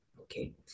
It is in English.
okay